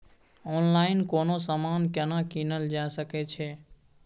Online कोनो समान केना कीनल जा सकै छै?